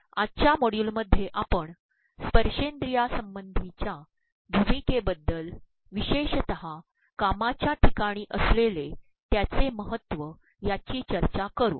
आजच्या मोड्यूलमध्ये आपण स्पर्शेंद्रियासंबंधीच्या भूमिकेबद्दल विशेषत कामाच्या ठिकाणी असलेले त्याचे महत्व याची चर्चा करू